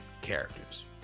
characters